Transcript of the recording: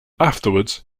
afterwards